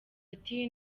ati